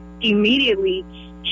immediately